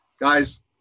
Guys